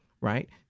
right